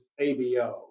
ABO